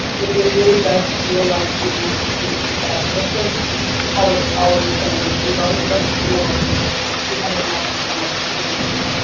it really does feel like, even after two weeks, that this is how it's always been, like we've always been a school of three hundred and ninety some students